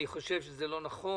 אני חושב שזה לא נכון.